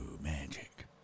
Magic